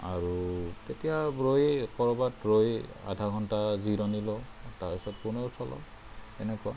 আৰু তেতিয়া ৰৈ ক'ৰবাত ৰৈ আধা ঘণ্টা জিৰণি লওঁ তাৰ পিছত পুনৰ চলাওঁ তেনেকুৱা